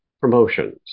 promotions